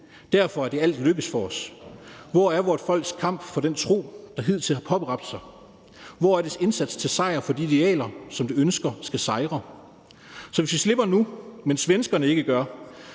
Derfor er det, alt lykkes for os. ... Hvor er vort folks kamp for den tro, det hidtil har påberåbt sig? Hvor er dets indsats til sejr for de idealer, som det dog ønsker skal sejre?« Så hvis vi slipper nu, mens svenskerne ikke gør,